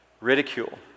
Ridicule